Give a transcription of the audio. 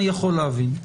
אני יכול להבין,